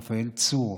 רפאל צור.